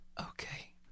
Okay